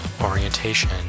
orientation